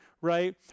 right